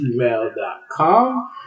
gmail.com